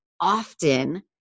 often